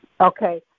Okay